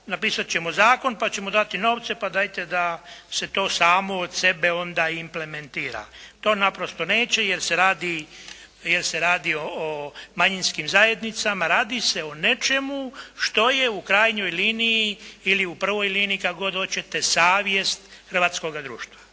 napisat ćemo zakon pa ćemo dati novce pa dajte da se to samo od sebe onda implementira. To naprosto neće jer se radi o manjinskim zajednicama, radi se o nečemu što je u krajnjoj liniji ili u prvoj liniji kako god hoćete, savjest hrvatskoga društva.